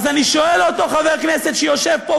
אז אני שואל את אותו חבר כנסת שיושב פה,